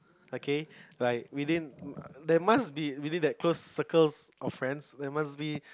okay like within there must be within that close circle of friends there must be